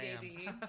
baby